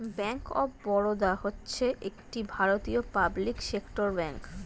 bank of Baroda হচ্ছে একটি ভারতীয় পাবলিক সেক্টর ব্যাঙ্ক